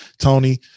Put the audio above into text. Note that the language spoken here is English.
tony